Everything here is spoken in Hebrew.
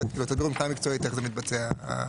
תסבירו מבחינה מקצועית איך זה מתבצע?